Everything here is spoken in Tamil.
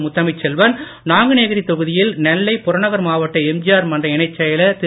முத்தமிழ்ச்செல்வன் நாங்குநேரி தொகுதியில் நெல்லைப் புறநகர் மாவட்ட எம்ஜிஆர் மன்ற இணைச்செயலர் திரு